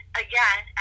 again